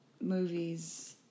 Movies